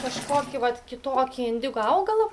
kažkokį vat kitokį indigo augalą